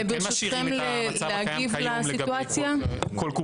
אנחנו כן משאירים את המצב הקיים היום לגבי כל קופה וקופה.